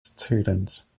students